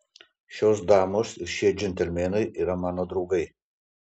šios damos ir šie džentelmenai yra mano draugai